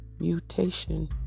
Mutation